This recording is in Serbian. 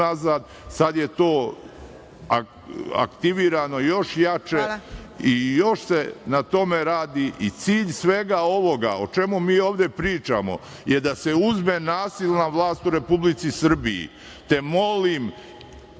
Sad je to aktivirano još jače i još se na tome radi. Cilj svega ovoga o čemu mi ovde pričamo je da se uzme nasilno vlast u Republici Srbiji, te molim